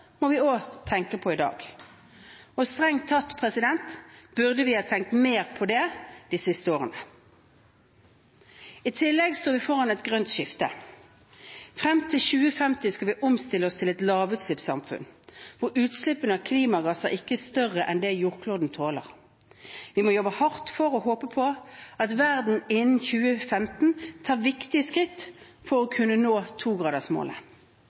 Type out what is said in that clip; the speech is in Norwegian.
må vi også tenke på i dag. Strengt tatt burde vi ha tenkt mer på det de siste årene. I tillegg står vi foran et grønt skifte. Frem til 2050 skal vi omstille oss til et lavutslippssamfunn, hvor utslippene av klimagasser ikke er større enn det jordkloden tåler. Vi må jobbe hardt for å håpe på at verden innen 2015 tar viktige skritt for å kunne nå togradersmålet.